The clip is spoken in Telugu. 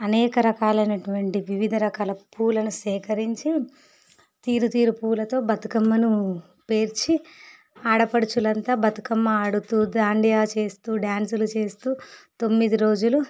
అనేక రకాలైనటువంటి వివిధ రకాల పూలను సేకరించి తీరు తీరు పూలతో బతుకమ్మను పేర్చి ఆడపడుచులంతా బతుకమ్మ ఆడుతూ దాండియా చేస్తూ డ్యాన్సులు చేస్తూ తొమ్మిది రోజులు